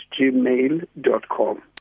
gmail.com